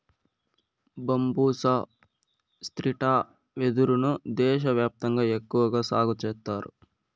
బంబూసా స్త్రిటా వెదురు ను దేశ వ్యాప్తంగా ఎక్కువగా సాగు చేత్తారు